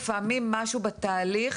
לעיתים משהו בתהליך,